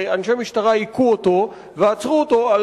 אנשי משטרה הכו אותו ועצרו אותו על